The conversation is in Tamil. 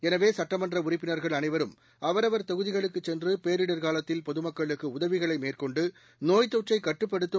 எனவே சட்டமன்ற உறுப்பினர்கள் அனைவரும் அவரவர் தொகுதிகளுக்கு சென்று பேரிடர்காலத்தில் பொதுமக்களுக்கு உதவிகளை மேற்கொண்டு நோய்த்தொற்றைக் கட்டுப்படுத்தும்